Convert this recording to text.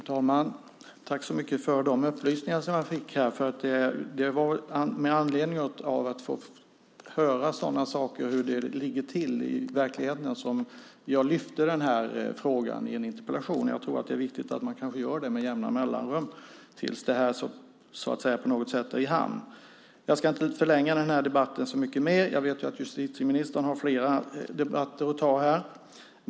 Fru talman! Jag vill tacka så mycket för de upplysningar jag fått. Det var just för att få höra hur det ligger till i verkligheten som jag lyfte upp frågan i form av en interpellation. Jag tror att det är viktigt att med jämna mellanrum göra det tills det hela är i hamn. Jag ska inte förlänga debatten så mycket mer eftersom jag vet att justitieministern har fler interpellationer att besvara.